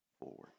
forward